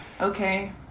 Okay